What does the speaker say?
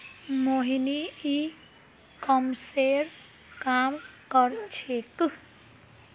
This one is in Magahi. मोहिनी ई कॉमर्सेर काम कर छेक्